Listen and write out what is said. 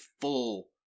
full